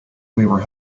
were